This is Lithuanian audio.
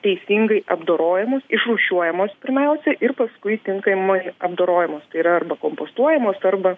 teisingai apdorojamos išrūšiuojamos pirmiausia ir paskui tinkamai apdorojamos tai yra arba kompostuojamos arba